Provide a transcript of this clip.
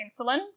insulin